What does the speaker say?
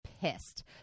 pissed